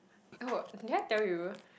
oh did I tell you